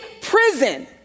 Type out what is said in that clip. prison